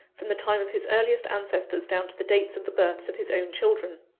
from the time of his earliest ancestors down to the date of the births of his own children.